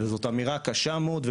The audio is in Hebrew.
וזאת אמירה קשה מאד.